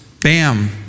bam